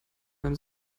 beim